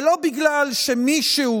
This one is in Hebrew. ולא בגלל שמישהו